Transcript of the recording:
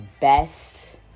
best